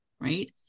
Right